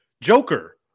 Joker